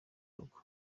rugo